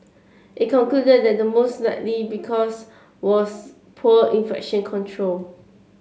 it concluded that the most likely because was poor infection control